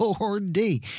Lordy